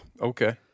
Okay